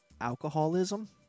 alcoholism